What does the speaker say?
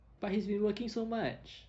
but he's been working so much